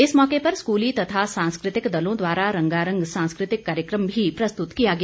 इस मौके पर स्कूली तथा सांस्कृतिक दलों द्वारा रंगारंग सांस्कृतिक कार्यक्रम भी प्रस्तुत किया गया